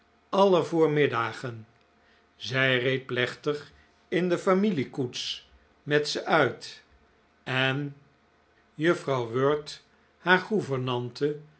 ernstigste aller voormiddagen zij reed plechtig in de familiekoets met ze uit en juffrouw wirt haar